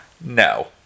No